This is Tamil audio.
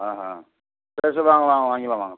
ஆஹான் சரி சரி வாங்க வாங்க வாங்கிக்கலாம் வாங்க சார்